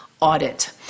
audit